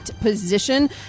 position